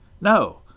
No